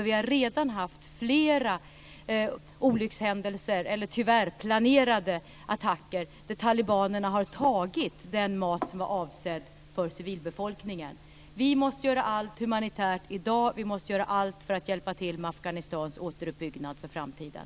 Vi har redan haft flera olyckshändelser - eller snarare planerade attacker, tyvärr - där talibanerna har tagit den mat som var avsedd för civilbefolkningen. Vi måste göra allt humanitärt i dag. Vi måste göra allt för att hjälpa till med Afghanistans återuppbyggnad för framtiden.